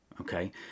okay